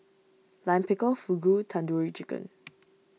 Lime Pickle Fugu Tandoori Chicken